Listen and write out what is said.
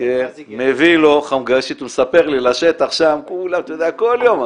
היה מביא לו חמגשית לשטח שם, כל יום,